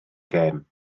gêm